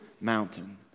mountain